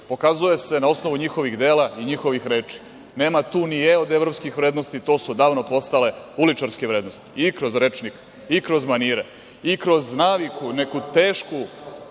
pokazuje se na osnovu njihovih dela i njihovih reči. Nema tu ni E od evropskih vrednosti, to su odavno postale uličarske vrednosti, i kroz rečnik i kroz manire i kroz naviku neku tešku,